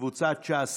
קבוצת סיעת ש"ס,